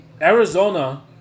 Arizona